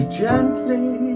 gently